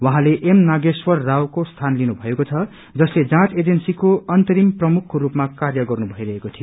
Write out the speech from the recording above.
उहाँले एन नागेश्वर रावको स्थान लिनु भएको छ जसले जाँच एजेन्सीको अंतिरम प्रमुखको रूपमा कार्य गर्नु भइरहेको थियो